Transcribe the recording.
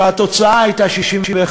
שהתוצאה הייתה 59 61,